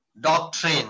doctrine